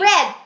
Red